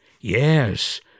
Yes